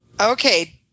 okay